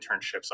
internships